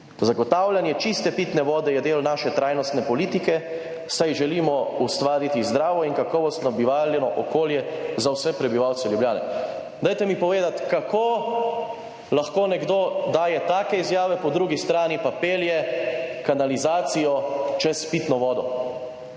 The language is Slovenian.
Zagotavljanje čiste pitne vode je del naše trajnostne politike, saj želimo ustvariti zdravo in kakovostno bivalno okolje za vse prebivalce Ljubljane.« Dajte mi povedati, kako lahko nekdo daje take izjave, po drugi strani pa pelje kanalizacijo čez pitno vodo?